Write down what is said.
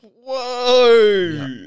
whoa